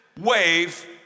wave